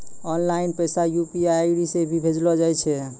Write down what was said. online पैसा UPI ID से भी भेजलो जाय छै